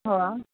हो